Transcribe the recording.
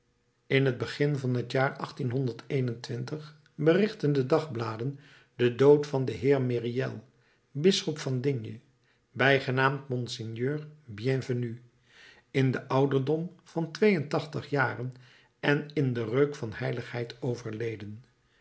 in t begin van t jaar berichten de dagbladen den dood van den heer myriel bisschop van d bijgenaamd monseigneur bienvenu in den ouderdom van twee en tachtig jaren en in den reuk van heiligheid overleden